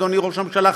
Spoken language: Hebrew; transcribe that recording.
אדוני ראש הממשלה,